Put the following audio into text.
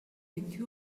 vêtu